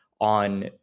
on